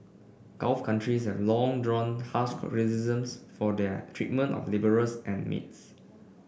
gulf countries have long drawn harsh criticisms for their treatment of labourers and maids